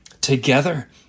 together